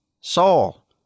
Saul